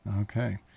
okay